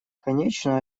конечно